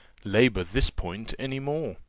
labour this point any more.